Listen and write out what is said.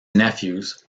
nephews